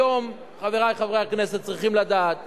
היום, חברי חברי הכנסת, צריכים לדעת